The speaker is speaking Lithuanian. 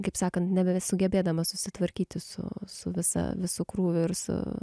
kaip sakant nebesugebėdamas susitvarkyti su su visa visu krūviu ir su